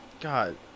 God